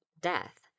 death